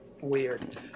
weird